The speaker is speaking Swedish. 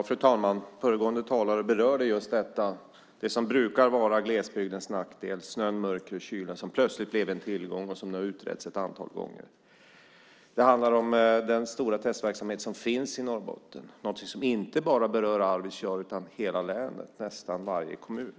Fru talman! Föregående talare berörde just att detta att det som brukar vara glesbygdens nackdel - snö, mörker och kyla - plötsligt blir en tillgång, något som har utretts ett antal gånger. Det handlar den stora testverksamhet som finns i Norrbotten som inte bara berör Arvidsjaur utan hela länet, nästan varje kommun.